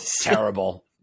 Terrible